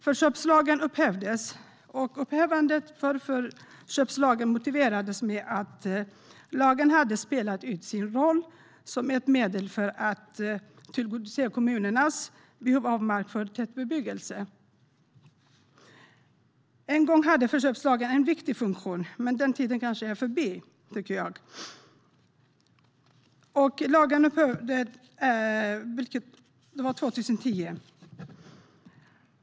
Förköpslagen upphävdes, och det motiverades med att lagen hade spelat ut sin roll som ett medel för att tillgodose kommunernas behov av mark för tätbebyggelse. En gång hade förköpslagen en viktig funktion, men den tiden är förbi. Lagen upphörde 2010.